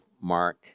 mark